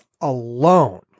alone